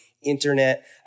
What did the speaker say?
Internet